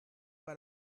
pas